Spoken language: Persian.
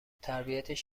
تربیتش